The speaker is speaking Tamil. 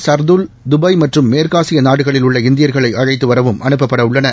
ஷாதுல் துபாய் மற்றும் மேற்கு ஆசிய நாடுகளில் உள்ள இந்தியாகளை அழைத்து வரவும் அனுப்பப்பட உள்ளன